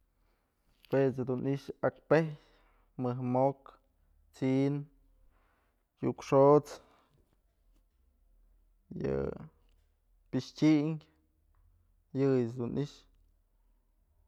Juech dun i'ixë akpej, mëj mok, t'sin, yuk xot's, yë pixtynkë yëyëch dun i'ixë.